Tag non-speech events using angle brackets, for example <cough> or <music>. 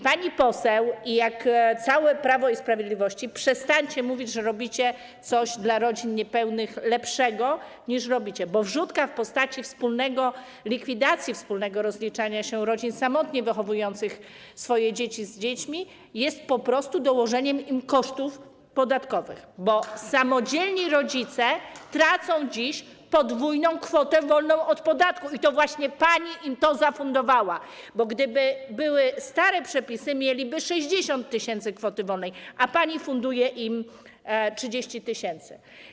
Pani poseł i całe Prawo i Sprawiedliwość, przestańcie mówić, że robicie dla rodzin niepełnych coś lepszego, niż robicie, bo wrzutka w postaci likwidacji wspólnego rozliczania się rodzin samotnie wychowujących swoje dzieci z dziećmi jest po prostu dołożeniem im kosztów podatkowych, <applause> bo samodzielni rodzice tracą dziś podwójną kwotę wolną od podatku i to właśnie pani im to zafundowała, bo gdyby były stare przepisy, mieliby 60 tys. kwoty wolnej, a pani funduje im 30 tys.